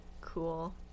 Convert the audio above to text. Cool